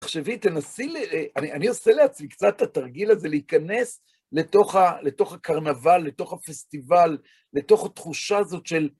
תחשבי, תנסי, אני עושה לעצמי קצת את התרגיל הזה להיכנס לתוך הקרנבל, לתוך הפסטיבל, לתוך התחושה הזאת של...